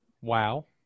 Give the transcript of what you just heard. Wow